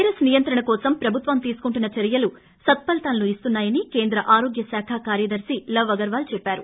virus నియంత్రణ కోసం ప్రభుత్వం తీసుకుంటున్న చర్యలు సత్పలీతాలు ఇస్తున్నా యని కేంద్ర ఆరోగ్య శాఖ కార్యదర్శి లవ్ అగర్వాల్ చెప్పారు